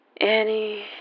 Annie